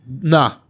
Nah